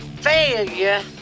failure